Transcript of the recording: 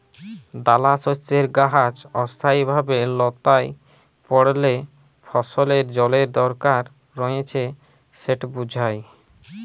দালাশস্যের গাহাচ অস্থায়ীভাবে ল্যাঁতাই পড়লে ফসলের জলের দরকার রঁয়েছে সেট বুঝায়